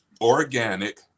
organic